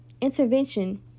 intervention